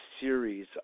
series